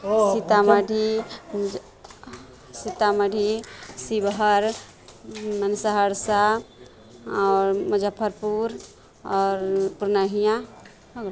सीतामढ़ी सीतामढ़ी शिवहर सहरसा आओर मुजफ्फरपुर आओर पूर्णिया